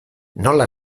nola